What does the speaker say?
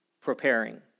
preparing